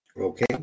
Okay